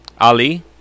Ali